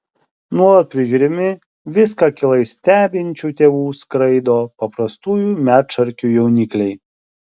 nuolat prižiūrimi viską akylai stebinčių tėvų skraido paprastųjų medšarkių jaunikliai